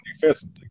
defensively